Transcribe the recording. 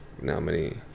nominee